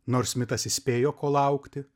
nors mitas įspėjo ko laukti